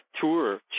tour